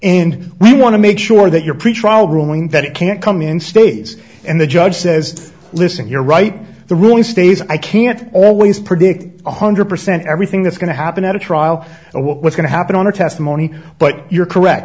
and we want to make sure that your pretrial growing that it can't come in stays and the judge says listen you're right the ruling stays i can't always predict one hundred percent everything that's going to happen at a trial and what's going to happen on the testimony but you're correct